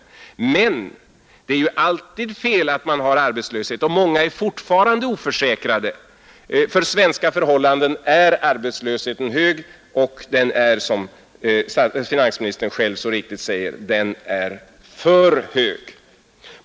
Emellertid är det alltid fel att det råder arbetslöshet, och många människor är fortfarande oförsäkrade. För svenska förhållanden är arbetslösheten hög. Den är, som finansministern så riktigt sade, för hög.